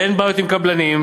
ואין בעיות עם קבלנים,